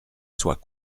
soit